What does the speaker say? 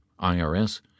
IRS